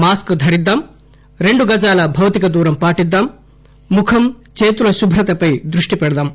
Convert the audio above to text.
mask ధరిద్దాం రెండు గజాల భౌతిక దూరం పాటిద్దాం ముఖం చేతుల శుభ్రతపై దృష్టి పెడదాం